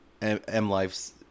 M-Life's